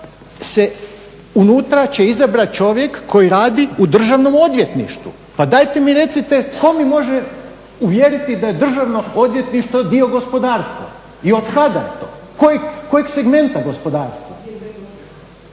unutra će izabrat čovjek koji radi u Državnom odvjetništvu. Pa dajte mi recite tko me može uvjeriti da je Državno odvjetništvo dio gospodarstva i otkada to, kojeg segmenta gospodarstva.